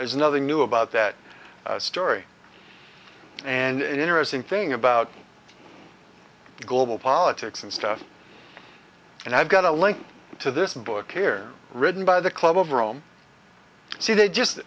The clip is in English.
there's nothing new about that story and interesting thing about global politics and stuff and i've got a link to this book here written by the club of rome so they just